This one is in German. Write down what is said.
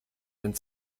den